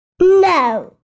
No